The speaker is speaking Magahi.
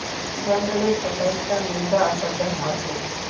जंगलेर कटाई स मृदा अपरदन ह छेक